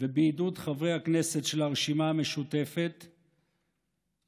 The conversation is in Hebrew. ובעידוד חברי הכנסת של הרשימה המשותפת גורמים,